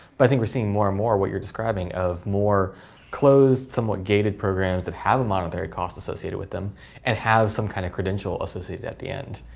but i think we're seeing more and more of what you're describing of more closed, somewhat gated programs, that have a monetary cost associated with them and have some kind of credential associated at the end.